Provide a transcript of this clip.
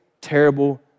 terrible